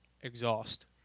Exhaust